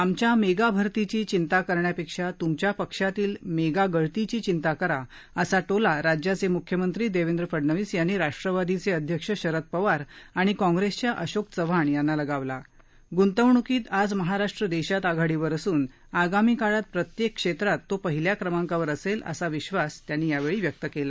आमच्या मेगा भरतीची चिंता करण्यापेक्षा त्मच्या पक्षातील मेगा गळतीची चिंता करा असा टोला राज्याचे मुख्यमंत्री देवेंद्र फडनवीस यांनी राष्ट्रवादीचे अध्यक्ष शरद पवार आणि कॉप्रेसच्या अशोक चव्हाणांना लगावलागुंतवणूकीत आज महाराष्ट्र देशात आघाडीवर असून आगामी काळात प्रत्येक क्षेत्रात तो पहिल्या क्रमांकांवर असेल असा विश्वास त्यांनी व्यक्त केला